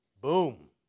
Boom